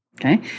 okay